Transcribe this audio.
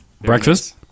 Breakfast